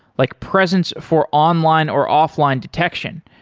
like presence for online or offline detection,